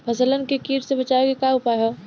फसलन के कीट से बचावे क का उपाय है?